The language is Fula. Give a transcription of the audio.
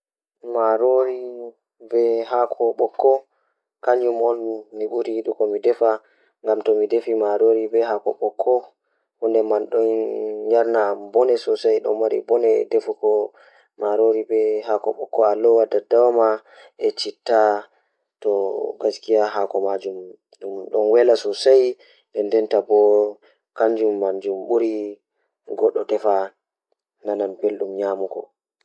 Ko hotooɓe maa mi yiɗi, ammaa ngoni ɗi no sago e cuɓu e njahaaɓe. Mi yiɗi gasiwo, ko wuroowo, mi yiɗi jamanu kaɗi. Ko mo jokkude no wuroowo, ngoni e teddungal e kanjum.